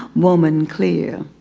woman clear.